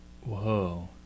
whoa